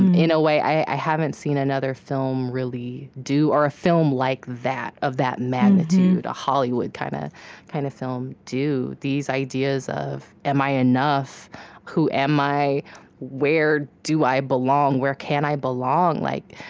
in a way i haven't seen another film really do, or a film like that, of that magnitude, a hollywood kind of kind of film, do. these ideas of am i enough who am i where do i belong where can i belong like